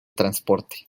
transporte